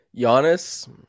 Giannis